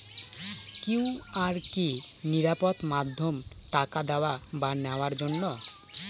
QR কি নিরাপদ মাধ্যম টাকা দেওয়া বা নেওয়ার জন্য?